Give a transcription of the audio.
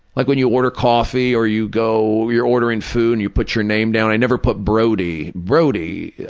like when you order coffee or you go, you're ordering food, and you put your name down, i never put brody. brody,